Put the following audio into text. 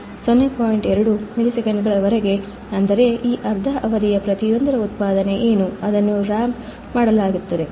2 ಮಿಲಿಸೆಕೆಂಡುಗಳವರೆಗೆ ಅಂದರೆ ಈ ಅರ್ಧ ಅವಧಿಯ ಪ್ರತಿಯೊಂದರ ಉತ್ಪಾದನೆ ಏನು ಅದನ್ನು ರಾಂಪ್ ಮಾಡಲಾಗುತ್ತದೆ